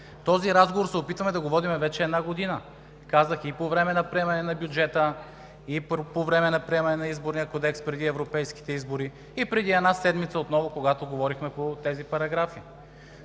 Този разговор се опитваме да го водим вече една година. Казах Ви, и по време на бюджета, и по време на приемане на Изборния кодекс преди европейските избори, и преди една седмица – отново, когато говорихме по тези параграфи.